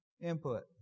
input